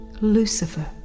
Lucifer